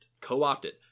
Co-opted